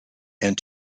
and